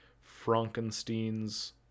Frankenstein's